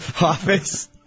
office